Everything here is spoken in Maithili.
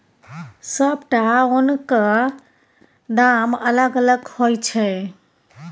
सबटा ओनक दाम अलग अलग होइ छै